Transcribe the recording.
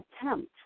attempt